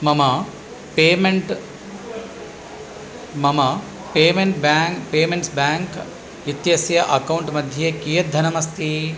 मम पेमेण्ट् मम payment bank payments bank इत्यस्य अकौण्ट् मध्ये कियत् धनमस्ति